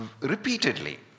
repeatedly